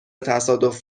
تصادف